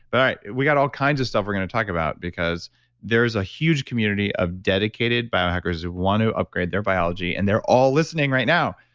we got all kinds of stuff we're going to talk about because there's a huge community of dedicated biohackers who want to upgrade their biology and they're all listening right now.